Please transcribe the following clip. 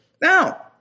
Now